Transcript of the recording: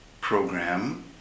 program